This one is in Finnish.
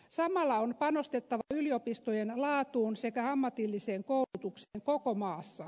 samalla on panostettava yliopistojen laatuun sekä ammatilliseen koulutukseen koko maassa